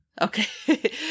Okay